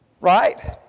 Right